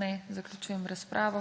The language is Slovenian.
(Ne.) Zaključujem razpravo.